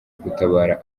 gutabara